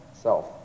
self